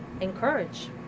encourage